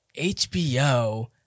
HBO